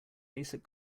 basic